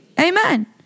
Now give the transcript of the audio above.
Amen